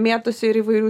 mėtosi ir įvairių